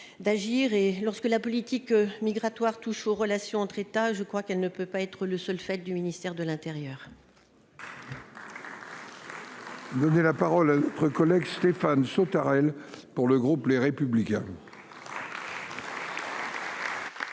lorsque la politique migratoire touche aux relations entre États, je crois qu'elle ne peut pas être le seul fait du ministère de l'Intérieur. Donner la parole à notre collègue Stéphane Sautarel pour le groupe Les Républicains.